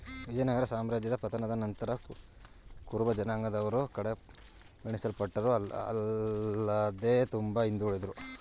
ವಿಜಯನಗರ ಸಾಮ್ರಾಜ್ಯದ ಪತನದ ನಂತರ ಕುರುಬಜನಾಂಗದವರು ಕಡೆಗಣಿಸಲ್ಪಟ್ಟರು ಆಲ್ಲದೆ ತುಂಬಾ ಹಿಂದುಳುದ್ರು